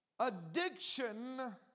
Addiction